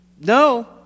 no